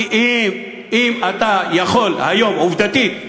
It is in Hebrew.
כי אם אתה יכול היום, עובדתית,